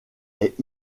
est